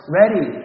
ready